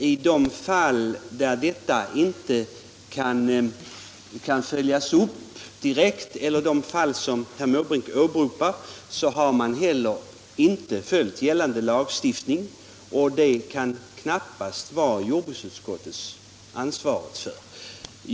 I de fall som herr Måbrink åbe ropar har man inte följt gällande lagstiftning, och det kan knappast jordbruksutskottet vara ansvarigt för.